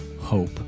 hope